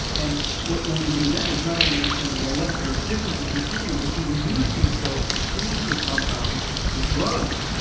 and what one can do then is not only understand the molecular differences between them but you can use these cells to screen for compounds, for drugs,